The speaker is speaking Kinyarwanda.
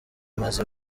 maze